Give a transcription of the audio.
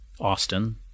Austin